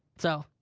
so,